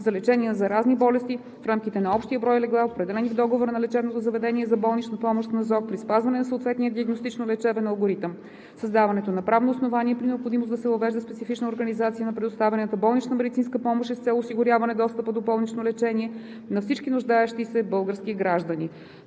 за лечение на заразни болести, в рамките на общия брой легла, определени в договора на лечебното заведение за болнична помощ с НЗОК при спазване на съответния диагностично-лечебен алгоритъм. Създаването на правно основание, при необходимост, да се въвежда специфична организация на предоставяната болнична медицинска помощ е с цел осигуряване достъпа до болнично лечение на всички нуждаещи се български граждани.